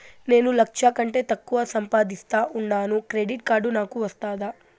నేను లక్ష కంటే తక్కువ సంపాదిస్తా ఉండాను క్రెడిట్ కార్డు నాకు వస్తాదా